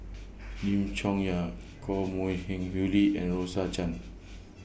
Lim Chong Yah Koh Mui Hiang Julie and Rose Chan